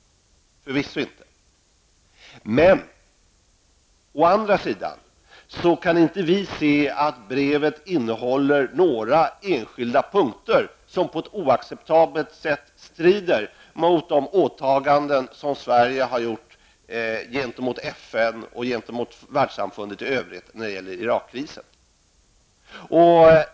Å andra sidan kan vi inte finna att brevet innehåller enskilda punkter som på ett oacceptabelt sätt strider mot Sveriges åtaganden gentemot FN och Världssamfundet i övrigt vad gäller Irakkrisen.